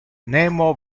nemo